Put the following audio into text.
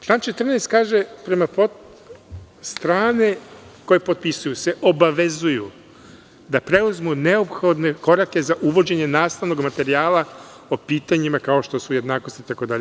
Član 14. kaže – strane koje potpisuju se obavezuju da preuzmu neophodne korake za uvođenje nastavnog materijala o pitanjima kao što su jednakost itd.